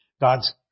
God's